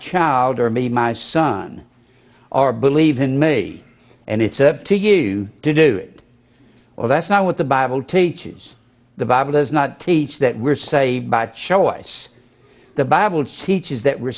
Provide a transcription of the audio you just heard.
child or me my son or believe in me and it's up to you to do it or that's not what the bible teaches the bible does not teach that were saved by choice the bible teaches that